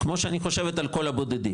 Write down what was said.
כמו שאני חושבת על כל הבודדים,